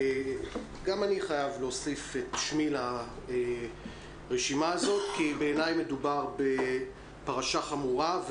גם אני חייב להוסיף את שמי לרשימה הזאת כי בעיניי מדובר בפרשה חמורה,